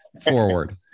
forward